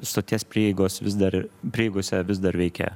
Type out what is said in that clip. stoties prieigos vis dar prieigose vis dar veikia